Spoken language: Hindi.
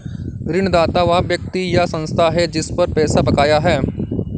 ऋणदाता वह व्यक्ति या संस्था है जिस पर पैसा बकाया है